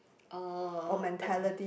uh I uh